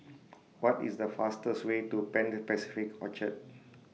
What IS The fastest Way to Pan Pacific Orchard